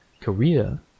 Korea